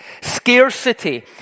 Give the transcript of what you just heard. scarcity